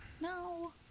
No